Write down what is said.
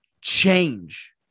change